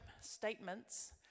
statements